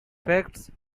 facts